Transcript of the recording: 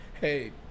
Hey